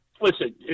Listen